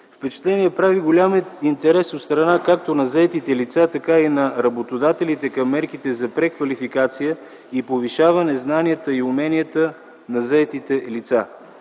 Впечатление прави големият интерес от страна както на заетите лица, така на работодателите към мерките за преквалификация и повишаване знанията и уменията на заетите лица.